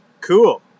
Cool